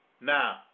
Now